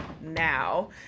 now